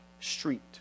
street